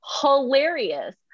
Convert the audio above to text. hilarious